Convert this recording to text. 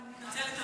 אני מתנצלת,